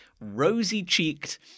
rosy-cheeked